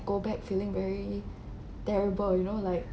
go back feeling very terrible you know like